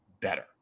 better